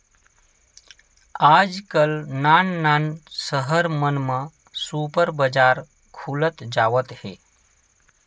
आजकाल नान नान सहर मन म सुपर बजार खुलत जावत हे